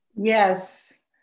yes